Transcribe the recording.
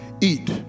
Eat